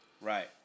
Right